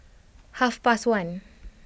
half past one